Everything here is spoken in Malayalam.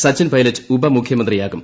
സച്ചിൻ പൈലറ്റ് ഉപമുഖൃമന്ത്രിയാകും